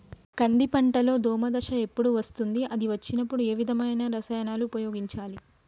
కంది పంటలో దోమ దశ ఎప్పుడు వస్తుంది అది వచ్చినప్పుడు ఏ విధమైన రసాయనాలు ఉపయోగించాలి?